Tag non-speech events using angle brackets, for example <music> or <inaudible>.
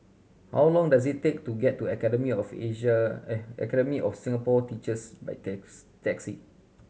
how long does it take to get to Academy of <unintelligible> Academy of Singapore Teachers by <unintelligible> taxi